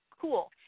cool